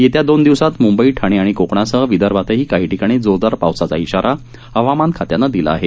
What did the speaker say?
येत्या दोन दिवसांत मुंबई ठाणे आणि कोकणासह विदर्भातही काही ठिकाणी जोरदार पावसाचा इशारा हवामान खात्यानं दिला आहे